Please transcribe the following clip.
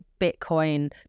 bitcoin